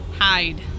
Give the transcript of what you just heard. hide